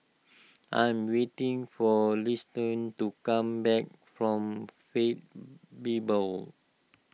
I am waiting for Liston to come back from Faith Bible